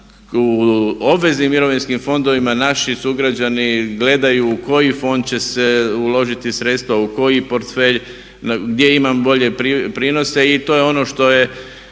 u obveznim mirovinskim fondovima naši sugrađani gledaju u koji fond će se uložiti sredstva, u koji portfelj, gdje imam bolje prinose. I to je ono što je